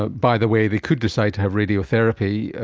ah by the way, they could decide to have radiotherapy,